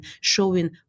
showing